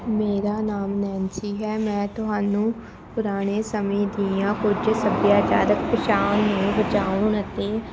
ਮੇਰਾ ਨਾਮ ਨੈਨਸੀ ਹੈ ਮੈਂ ਤੁਹਾਨੂੰ ਪੁਰਾਣੇ ਸਮੇਂ ਦੀਆਂ ਕੁਝ ਸੱਭਿਆਚਾਰਕ ਨੂੰ ਬਚਾਉਣ ਅਤੇ